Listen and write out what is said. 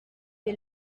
est